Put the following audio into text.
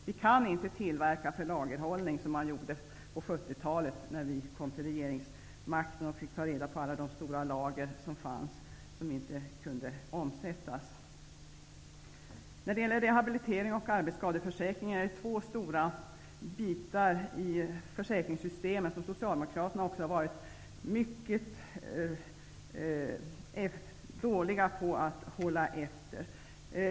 Vi kan inte tillverka för lagerhållning, som man gjorde på 70-talet, när vi kom till regeringsmakten och fick ta reda på alla de stora lagren som fanns och som inte kunde omsättas. Rehabilitering och arbetsskadeförsäkring är två stora bitar i försäkringssystemet som Socialdemokraterna också har varit mycket dåliga på att hålla efter.